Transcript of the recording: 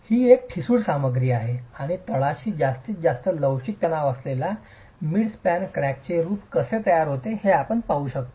ही एक ठिसूळ सामग्री आहे आणि तळाशी जास्तीत जास्त लवचिक तणाव असलेल्या मिड स्पॅन क्रॅकचे रूप कसे तयार होते ते आपण पाहू शकता